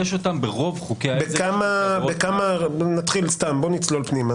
יש ברוב חוקי העזר --- בוא נצלול פנימה.